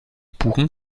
buchen